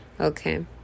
Okay